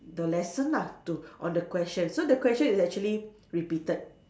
the lesson lah to on the question so the question is actually repeated